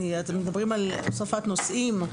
אתם מדברים על הוספת נושאים.